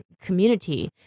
community